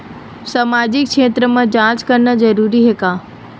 सामाजिक क्षेत्र म जांच करना जरूरी हे का?